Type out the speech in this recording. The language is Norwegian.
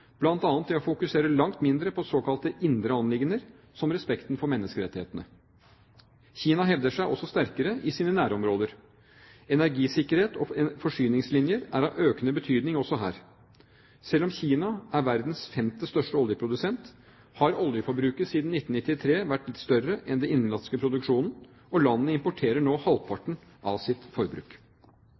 bl.a. ved å fokusere langt mindre på såkalte indre anliggender, som respekten for menneskerettighetene. Kina hevder seg også sterkere i sine nærområder. Energisikkerhet og forsyningslinjer er av økende betydning også her. Selv om Kina er verdens femte største oljeprodusent, har oljeforbruket siden 1993 vært større enn den innenlandske produksjonen, og landet importerer nå halvparten av sitt forbruk.